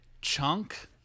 Chunk